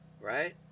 right